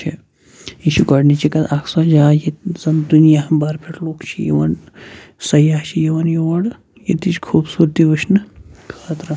چھِ یہِ چھُ گۄڈنِچی کَتھ اَکھ سۄ جاے ییٚتہِ زَن دُنیا بَر پٮ۪ٹھ لُکھ چھِ یِوان سیاح چھِ یِوان یور ییٚتِچ خوٗبصوٗرتی وٕچھنہٕ خٲطرٕ